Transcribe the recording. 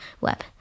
web